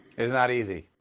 it's not easy.